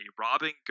robbing